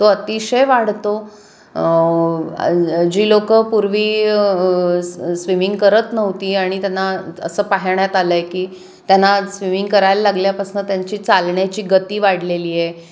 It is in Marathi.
तो अतिशय वाढतो जी लोकं पूर्वी स स्विमिंग करत नव्हती आणि त्यांना असं पाहण्यात आलं आहे की त्यांना स्विमिंग करायला लागल्यापासनं त्यांची चालण्याची गती वाढलेली आहे